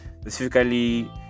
specifically